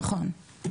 נכון.